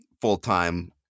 full-time